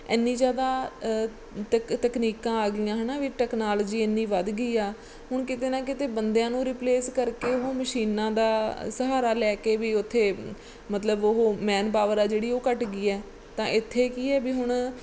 ਇੰਨੀ ਜ਼ਿਆਦਾ ਤਕ ਤਕਨੀਕਾਂ ਆ ਗਈਆਂ ਹੈ ਨਾ ਵੀ ਟੈਕਨੋਲਜੀ ਇੰਨੀ ਵੱਧ ਗਈ ਆ ਹੁਣ ਕਿਤੇ ਨਾ ਕਿਤੇ ਬੰਦਿਆਂ ਨੂੰ ਰਿਪਲੇਸ ਕਰਕੇ ਉਹ ਮਸ਼ੀਨਾਂ ਦਾ ਸਹਾਰਾ ਲੈ ਕੇ ਵੀ ਉੱਥੇ ਮਤਲਬ ਉਹ ਮੈਨਪਾਵਰ ਆ ਜਿਹੜੀ ਉਹ ਘੱਟ ਗਈ ਹੈ ਤਾਂ ਇੱਥੇ ਕੀ ਹੈ ਵੀ ਹੁਣ